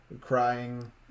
Crying